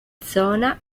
zona